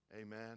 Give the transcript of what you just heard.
Amen